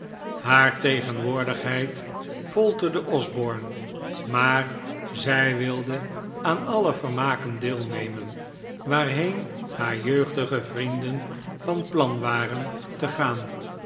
haar tegenwoordigheid folterde osborne maar zij wilde aan alle vermaken deelnemen waarheen haar jeugdige vrienden van plan waren te gaan